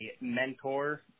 mentor